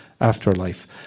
afterlife